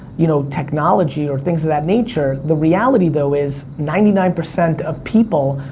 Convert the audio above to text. you know, technology, or things of that nature. the reality, though, is ninety nine percent of people